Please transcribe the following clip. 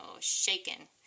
shaking